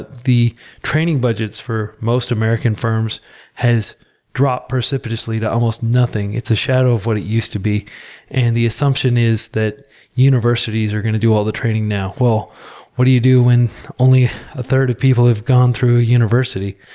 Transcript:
but the training budget for most american forums has dropped precipitously to almost nothing. it's a shadow of what it used to be and the assumption is that universities are going to do all the training now. what do you do when only a third of people have gone through university?